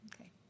Okay